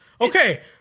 Okay